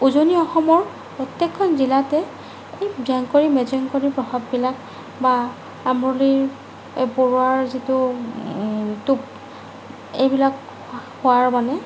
উজনি অসমৰ প্ৰত্যেকখন জিলাতে জেংকৰি মেজেংকৰি প্ৰভাৱবিলাক বা আমৰলি পৰুৱাৰ যিটো টোপ এইবিলাক খোৱাৰ মানে